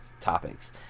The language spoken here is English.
topics